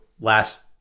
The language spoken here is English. last